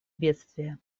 бедствия